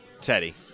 Teddy